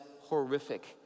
horrific